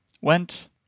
went